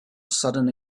sudden